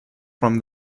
from